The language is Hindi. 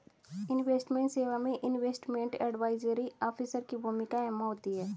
इन्वेस्टमेंट सेवा में इन्वेस्टमेंट एडवाइजरी ऑफिसर की भूमिका अहम होती है